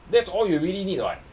that's all you really need [what]